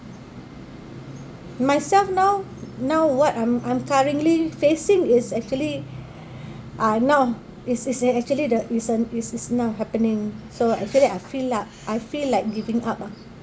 myself now now what I'm I'm currently facing is actually uh now it's it's actually the it's uh it's it's now happening so actually I feel like I feel like giving up uh